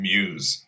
Muse